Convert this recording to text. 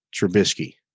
Trubisky